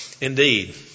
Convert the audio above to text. Indeed